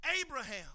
Abraham